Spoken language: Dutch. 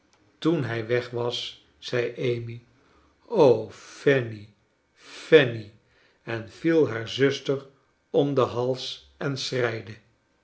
toen hij weg was zei amy fanny fanny en viel haar zuster om den hals en